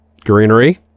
greenery